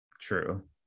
True